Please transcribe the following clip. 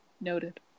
Noted